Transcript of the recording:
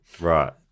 right